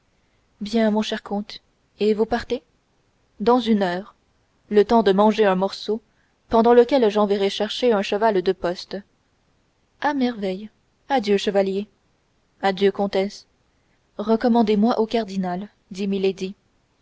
bien mon cher comte et vous partez dans une heure le temps de manger un morceau pendant lequel j'enverrai chercher un cheval de poste à merveille adieu chevalier adieu comtesse recommandez moi au cardinal dit